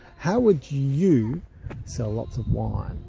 how would you sell lots of wine?